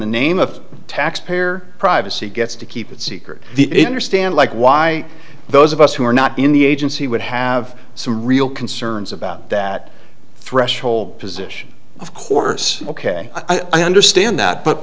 the name of taxpayer privacy gets to keep it secret understand like why those of us who are not in the agency would have some real concerns about that threshold position of course ok i understand that but